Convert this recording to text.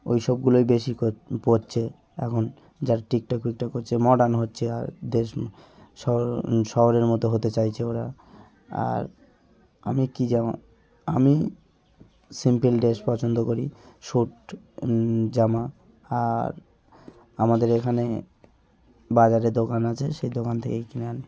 ওই সবগুলোই বেশি পরছে এখন যারা টিকটক ফিকটক করছে মডার্ন হচ্ছে আর দেশ শহর শহরের মতো হতে চাইছে ওরা আর আমি কি জামা আমি সিম্পল ড্রেস পছন্দ করি সুট জামা আর আমাদের এখানে বাজারে দোকান আছে সেই দোকান থেকেই কিনে আনি